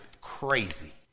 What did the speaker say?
crazy